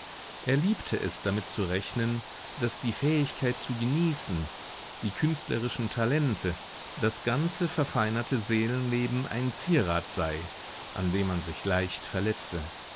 er liebte es damit zu rechnen daß die fähigkeit zu genießen die künstlerischen talente das ganze verfeinerte seelenleben ein zierat sei an dem man sich leicht verletze